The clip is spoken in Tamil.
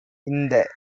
இந்த